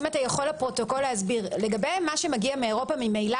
אם אתה יכול לפרוטוקול להסביר לגבי מה שמגיע מאירופה ממילא